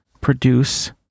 produce